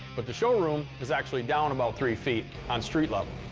but the showroom is actually down about three feet on street level,